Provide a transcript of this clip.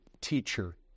teacher